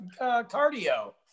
cardio